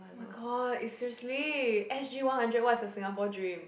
oh my god it's seriously s_g one hundred what is the Singapore dream